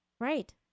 Right